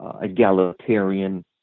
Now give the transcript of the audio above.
egalitarian